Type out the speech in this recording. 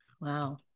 Wow